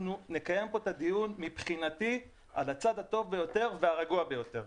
אנחנו נקיים פה את הדיון מבחינתי על הצד הטוב ביותר והרגוע ביותר.